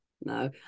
No